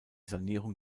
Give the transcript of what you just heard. sanierung